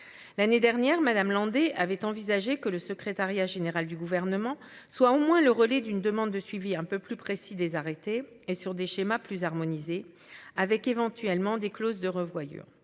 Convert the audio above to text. L'année dernière Madame Landais avait envisagé que le secrétariat général du gouvernement soit au moins le relais d'une demande de suivi un peu plus précis des arrêtés et sur des schémas plus harmonisée avec éventuellement des clauses de revoyure.